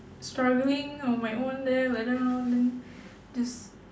struggling on my own there like that lor then just